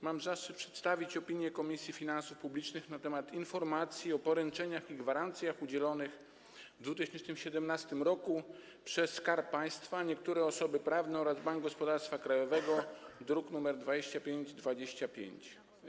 Mam zaszczyt przedstawić opinię Komisji Finansów Publicznych na temat „Informacji o poręczeniach i gwarancjach udzielonych w 2017 roku przez Skarb Państwa, niektóre osoby prawne oraz Bank Gospodarstwa Krajowego”, druk nr 2525.